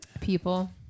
people